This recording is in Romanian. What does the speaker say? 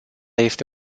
este